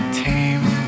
tame